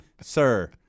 Sir